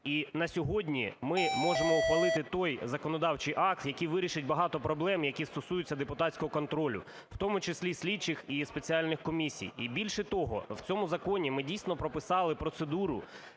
і на сьогодні ми можемо ухвалити той законодавчий акт, який вирішить багато проблем, які стосуються депутатського контролю, в тому числі і слідчих, і спеціальних комісій. І, більше того, в цьому законі ми дійсно прописали процедуру,